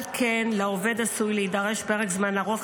על כן לעובד עשוי להידרש פרק זמן ארוך